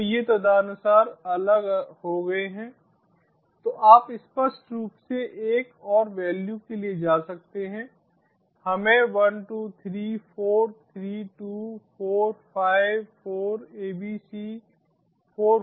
तो ये तदनुसार अलग हो गए हैं तो आप स्पष्ट रूप से एक और वैल्यू के लिए जा सकते हैं हमें 123432454abc44 के बराबर डेटा दें